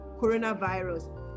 coronavirus